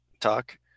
talk